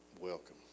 welcome